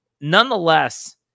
nonetheless